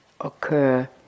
occur